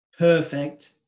perfect